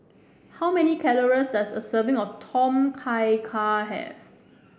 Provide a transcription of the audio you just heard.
how many calories does a serving of Tom Kha Gai have